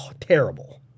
terrible